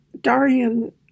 Darian